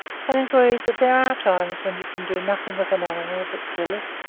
and agreed that there are times when you can do nothing with an animal but kill it.